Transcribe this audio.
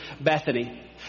Bethany